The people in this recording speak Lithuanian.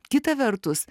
kita vertus